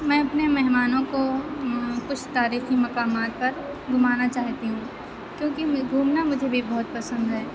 میں اپنے مہمانوں کو کچھ تاریخی مقامات پر گُھمانا چاہتی ہوں کیوں کہ مجھ گُھومنا مجھے بھی بہت پسند ہے